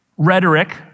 Rhetoric